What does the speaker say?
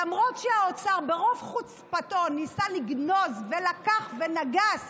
למרות שהאוצר, ברוב חוצפתו, ניסה לגנוז ולקח ונגס